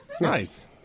Nice